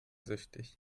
süchtig